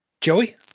Joey